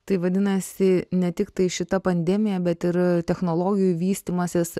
tai vadinasi ne tiktai šita pandemija bet ir technologijų vystymasis